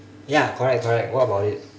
ya correct correct what about it